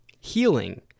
healing